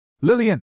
Lillian